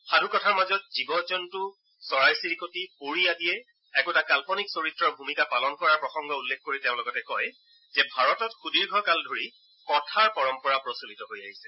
সাধু কথাৰ মাজত জীৱন জল্ত চৰাই চিৰিকতি পৰী আদিয়ে একোটা কাল্পনিক চৰিত্ৰৰ ভূমিকা পালন কৰাৰ প্ৰসংগ উল্লেখ কৰি তেওঁ লগতে কয় যে ভাৰতত সুদীৰ্য কাল ধৰি কথাৰ পৰম্পৰা প্ৰচলিত হৈ আহিছে